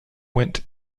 went